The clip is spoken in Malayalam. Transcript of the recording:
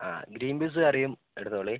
ആ ഗ്രീൻ പീസ് കറിയും എടുത്തോളീൻ